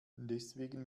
deswegen